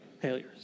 Failures